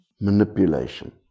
manipulation